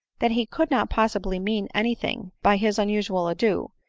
that he could not possibly mean any thing by his unusual adieu,